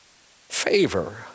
favor